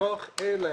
מתוך אלה,